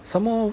some more